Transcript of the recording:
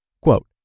Quote